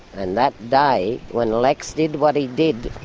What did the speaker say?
and that day, when lex did what he did,